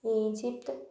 Egypt